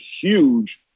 huge